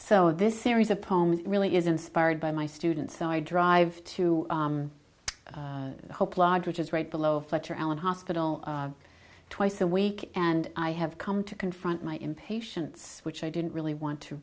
so this series of poems really is inspired by my students so i drive to hope lodge which is right below fletcher allen hospital twice a week and i have come to confront my impatience which i didn't really want to